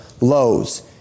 lows